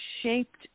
shaped